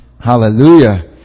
Hallelujah